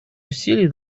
усилий